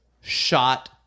shot